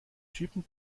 typen